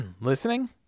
Listening